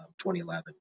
2011